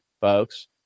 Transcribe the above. folks